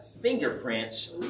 fingerprints